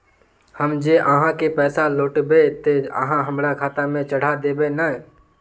हम जे आहाँ के पैसा लौटैबे ते आहाँ हमरा खाता में चढ़ा देबे नय?